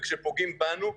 כשפוגעים בנו,